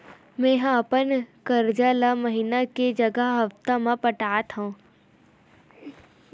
मेंहा अपन कर्जा ला महीना के जगह हप्ता मा पटात हव